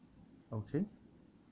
okay